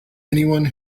anyone